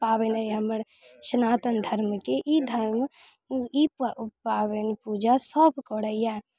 पाबनि अइ हमर सनातन धर्मके ई धर्म ई पाबनि पूजा सभ करैए